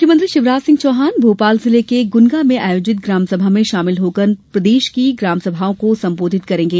मुख्यमंत्री शिवराज सिंह चौहान भोपाल जिले के गुनगा में आयोजित ग्रामसभा में शामिल होकर प्रदेश की ग्रामसभाओं को संबोधित करेंगे